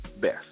best